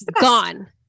Gone